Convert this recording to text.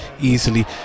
easily